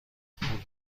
پول